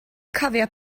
cofio